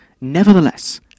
Nevertheless